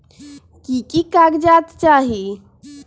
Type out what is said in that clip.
की की कागज़ात चाही?